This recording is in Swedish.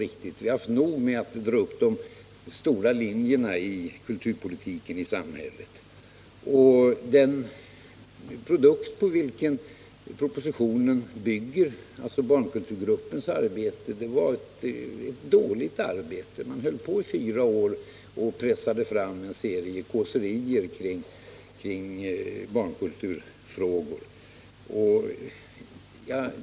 Vi har haft nog med att dra upp de stora linjerna i kulturpolitiken i samhället. Den produkt på vilken propositionen bygger, alltså barnkulturgruppens arbete, var ett dåligt arbete. Man höll på i fyra år och pressade fram en serie kåserier kring barnkulturfrågor.